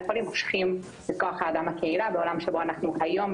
חולים מושכות את כוח האדם מהקהילה בעולם שבו אנחנו נמצאים היום,